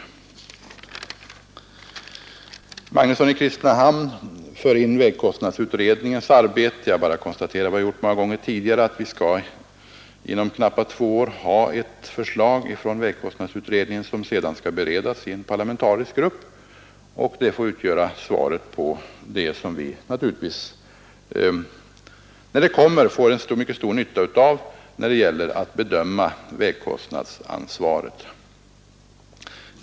Herr Magnusson i Kristinehamn för in vägkostnadsutredningens arbete i diskussionen. Jag vill bara konstatera vad jag gjort många gånger tidigare, nämligen att vi inom knappt två år skall få ett förslag från vägkostnadsutredningen, som sedan skall beredas i en parlamentarisk grupp; och det får utgöra svaret på den frågan. När förslaget har lagts fram kommer vi naturligtvis att få stor nytta av det när det gäller att bedöma vägkostnadsansvaret.